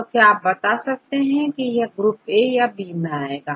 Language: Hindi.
तो क्या आप बता सकते हैं की यह ग्रुपA याB मैं आएगा